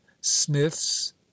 Smiths